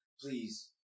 Please